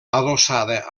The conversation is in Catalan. adossada